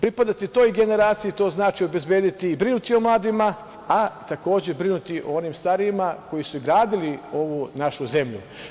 Pripadati toj generaciji to znači obezbediti i brinuti o mladima, a takođe brinuti i o onim starijima koji su gradili ovu našu zemlju.